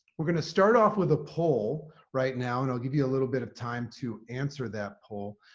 we're going to start off with a poll right now, and i'll give you a little bit of time to answer that poll.